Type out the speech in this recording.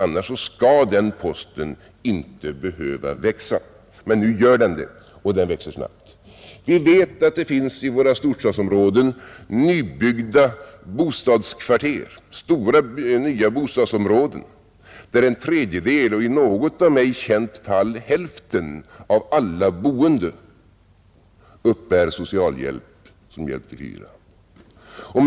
Normalt skall den posten inte behöva växa, men nu gör den det — och den växer snabbt. Vi vet att det i våra storstadsområden finns nybyggda bostadskvarter — stora nya bostadsområden — där en tredjedel och i något av mig känt fall hälften av alla boende uppbär socialhjälp som bidrag till hyran.